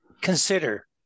consider